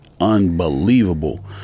unbelievable